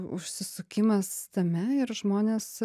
užsisukimas tame ir žmonės